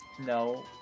No